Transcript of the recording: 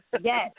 Yes